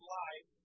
life